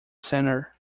center